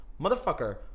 motherfucker